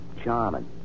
Charming